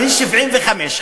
בן 75,